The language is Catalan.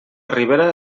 ribera